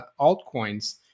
altcoins